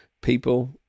people